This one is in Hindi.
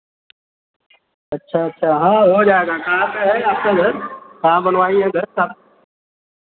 अच्छा अच्छा हाँ हो जाएगा कहाँ पर है आपका घर कहाँ बनवाइए घर सब